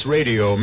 Radio